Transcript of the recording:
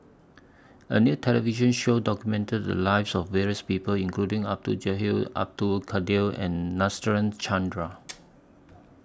A New television Show documented The Lives of various People including Abdul Jalil Abdul Kadir and Nadasen Chandra